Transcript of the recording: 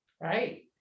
Right